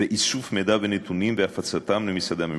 ואיסוף מידע ונתונים והפצתם למשרדי הממשלה.